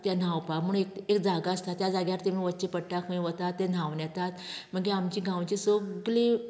तें न्हावपाक म्हण एक जागा आसता त्या जाग्यार थिंगा वचचें पडटा खंय वता ते न्हांवन येतात मागीर आमच्या गांवचे सगले